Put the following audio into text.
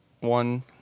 one